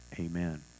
Amen